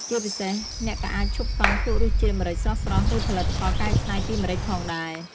ជាពិសេស អ្នកក៏អាចឈប់កង់ភ្លក់រសជាតិម្រេចស្រស់ៗ ឬផលិតផលកែច្នៃពីម្រេចផងដែរ។